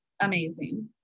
amazing